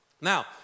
Now